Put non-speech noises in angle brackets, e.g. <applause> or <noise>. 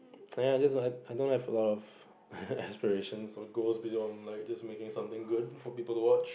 !aiya! I just I don't have a lot of <laughs> aspiration so goes beyond like just making something good for people to watch